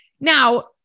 Now